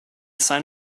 sign